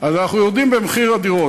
אנחנו יורדים במחיר הדירות.